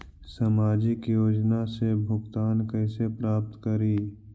सामाजिक योजना से भुगतान कैसे प्राप्त करी?